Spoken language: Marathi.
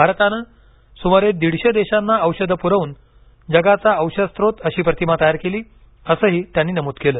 भारतानं सुमारे दीडशे देशांना औषधं पुरवून जगाचा औषधस्रोत अशी प्रतिमा तयार केली असंही त्यांनी नमूद केलं